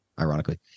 ironically